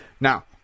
Now